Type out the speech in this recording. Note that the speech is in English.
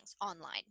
online